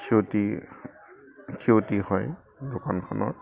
ক্ষতি ক্ষতি হয় দোকানখনৰ